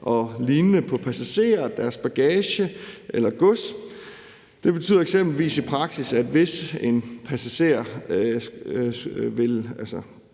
og lignende på passagerer, deres bagage eller gods. Det betyder eksempelvis i praksis, at hvis en passager dør